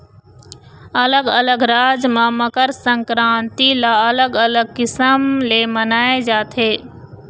अलग अलग राज म मकर संकरांति ल अलग अलग किसम ले मनाए जाथे